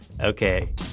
Okay